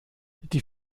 die